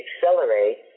accelerate